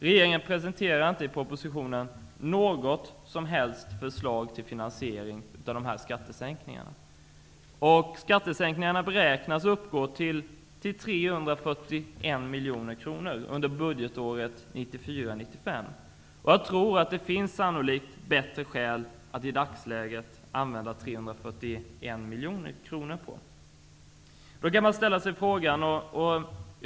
Regeringen presenterar i propositionen inte något som helst förslag till finansiering av dessa skattesänkningar. De beräknas uppgå till 341 miljoner kronor under budgetåret 1994/95. Det finns i dag sannolikt bättre sätt att använda 341 miljoner kronor på.